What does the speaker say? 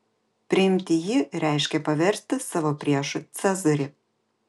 priimti jį reiškė paversti savo priešu cezarį